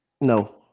No